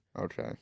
Okay